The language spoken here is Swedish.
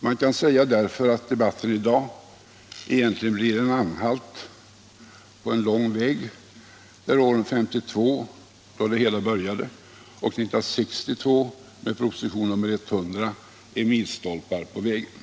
Man kan därför säga att debatten i dag egentligen blir en anhalt på en lång väg, där år 1952, då det hela började, och år 1962, med propositionen 100, är milstolpar på vägen.